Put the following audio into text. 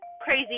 crazy